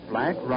Black